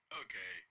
okay